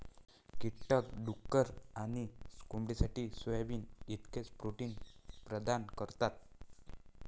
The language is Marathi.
कीटक डुक्कर आणि कोंबडीसाठी सोयाबीन इतकेच प्रोटीन प्रदान करतात